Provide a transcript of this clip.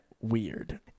weird